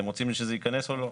אתם רוצים שזה ייכנס או לא?